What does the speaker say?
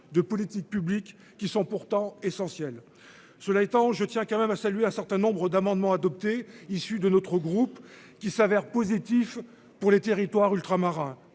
de politiques publiques qui sont pourtant essentiels. Cela étant, je tiens quand même à saluer un certain nombre d'amendements adoptés issus de notre groupe qui s'avère positif pour les territoires ultramarins